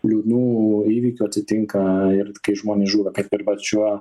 liūdnų įvykių atsitinka ir kai žmonės žūva kaip ir vat šiuo